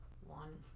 one